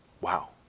wow